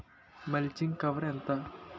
Mulching cover ఎంత?